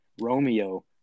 Romeo